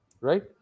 right